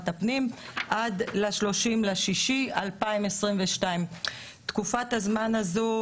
הפנים עד ה-30 ביוני 2022. תקופת הזמן הזו,